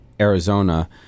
Arizona